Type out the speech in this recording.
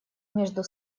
между